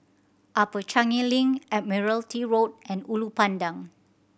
Upper Changi Link Admiralty Road and Ulu Pandan